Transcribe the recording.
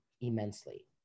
immensely